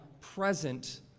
present